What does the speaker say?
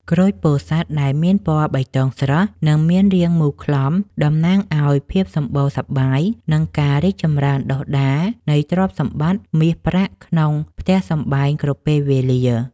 ក្រូចពោធិ៍សាត់ដែលមានពណ៌បៃតងស្រស់និងរាងមូលក្លំតំណាងឱ្យភាពសម្បូរសប្បាយ និង ការរីកចម្រើនដុះដាលនៃទ្រព្យសម្បត្តិមាសប្រាក់ក្នុងផ្ទះសម្បែងគ្រប់ពេលវេលា។